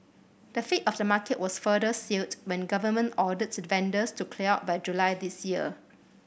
the fate of the market was further sealed when government ordered the vendors to clear out by July this year